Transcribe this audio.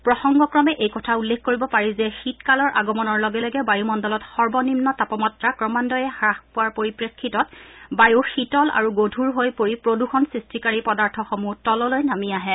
প্ৰসংগক্ৰমে এই কথা উল্লেখ কৰিব পাৰি যে শীতকালৰ আগমনৰ লগে লগে বায়ুমণ্ডলত সৰ্বনিম্ন তাপমাত্ৰা ক্ৰমান্বয়ে হাস পোৱাৰ পৰিপ্ৰেক্ষিতত বায়ু শীতল আৰু গধুৰ হৈ পৰি প্ৰদূষণ সৃষ্টিকাৰী পদাৰ্থসমূহ তললৈ নামি আহে